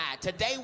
Today